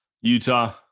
Utah